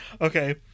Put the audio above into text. Okay